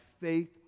faith